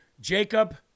Jacob